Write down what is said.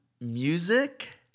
music